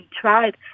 tried